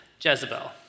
Jezebel